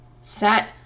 Set